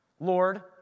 Lord